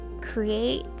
create